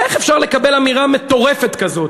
איך אפשר לקבל אמירה מטורפת כזאת?